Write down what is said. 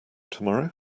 tomorrow